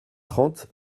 trente